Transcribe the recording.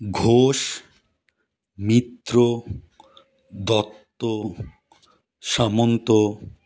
Ghosh Mitra Dutta Samanta